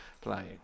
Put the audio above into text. playing